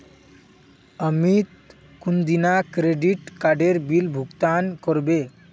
अमित कुंदिना क्रेडिट काडेर बिल भुगतान करबे